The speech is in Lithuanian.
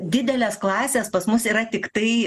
didelės klasės pas mus yra tiktai